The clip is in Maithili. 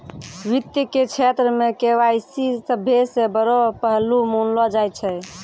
वित्त के क्षेत्र मे के.वाई.सी सभ्भे से बड़ो पहलू मानलो जाय छै